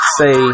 say